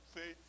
See